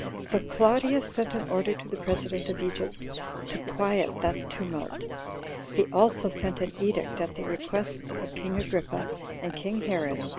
so claudius sent an order to the president of egypt to quiet that tumult he also sent an edict, at the requests of king agrippa and king herod,